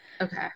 Okay